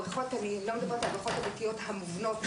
אני לא מדברת על הבריכות הביתיות המובנות,